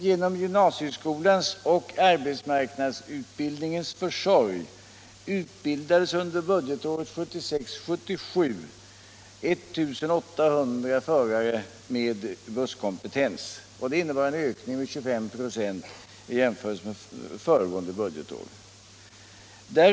Genom gymnasieskolans och arbetsmarknadsutbildningens försorg utbildades under budgetåret 1975/76 1 800 förare med busskompetens, och det innebar en ökning med 25 96 i jämförelse med föregående budgetår.